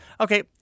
okay